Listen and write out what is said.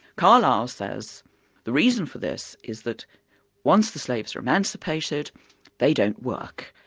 carlyle says the reason for this is that once the slaves were emancipated they don't work,